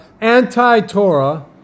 Anti-Torah